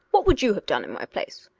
what would you have done in my place?